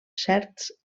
certs